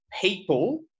people